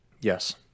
Yes